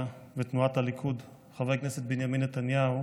ותנועת הליכוד חבר הכנסת בנימין נתניהו